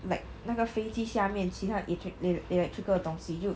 like 那个飞机下面其他 elect~ elect~ electrical 的东西就